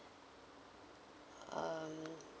um